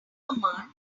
command